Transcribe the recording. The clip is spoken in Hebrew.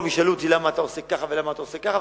יבואו וישאלו אותי: למה אתה עושה ככה ולמה אתה עושה ככה?